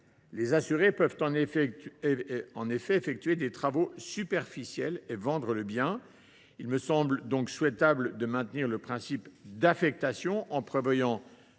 Les assurés peuvent en effet effectuer des travaux superficiels et vendre le bien. Il nous a donc semblé souhaitable de maintenir le principe d’affectation en prévoyant